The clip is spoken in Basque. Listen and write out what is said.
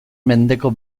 mendeko